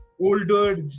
older